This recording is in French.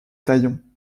talion